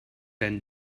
and